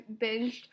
binged